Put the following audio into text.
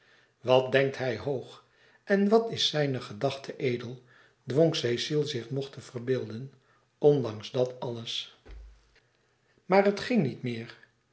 wat denkt hij hoog en wat is zijn gedachte edel dwong cecile louis couperus extaze een boek van geluk zich nog te verbeelden ondanks dat alles maar het ging niet meer